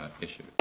issue